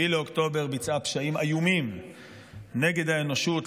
באוקטובר ביצעה פשעים איומים נגד האנושות,